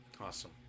Awesome